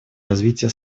развитие